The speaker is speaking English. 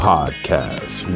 Podcast